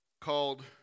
called